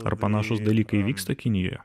ar panašūs dalykai vyksta kinijoje